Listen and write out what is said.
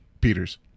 Peters